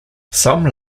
some